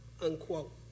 unquote